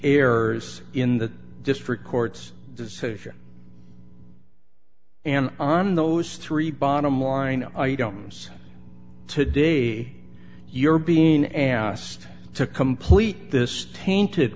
errors in the district court's decision and on those three bottom line items today you're being asked to complete this tainted